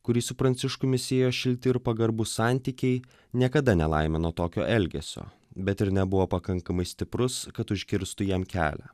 kurį su pranciškumi siejo šilti ir pagarbūs santykiai niekada nelaimino tokio elgesio bet ir nebuvo pakankamai stiprus kad užkirstų jam kelią